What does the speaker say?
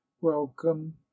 welcome